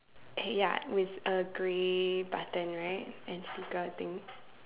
okay ya with a grey button right and sneaker I think